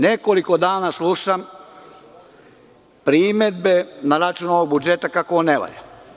Nekoliko dana slušam primedbe na račun ovog budžeta kako on ne valja.